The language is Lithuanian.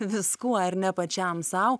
viskuo ir ne pačiam sau